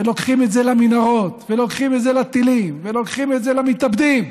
ולוקחים את זה למנהרות ולוקחים את זה לטילים ולוקחים את זה למתאבדים.